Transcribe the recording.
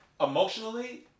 Emotionally